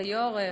כבוד היושב-ראש,